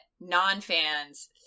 non-fans